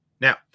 Now